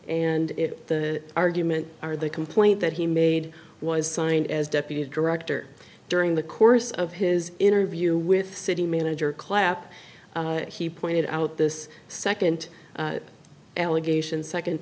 and the argument are the complaint that he made was signed as deputy director during the course of his interview with city manager clap he pointed out this second allegation second